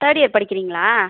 third year படிக்கிறீங்களா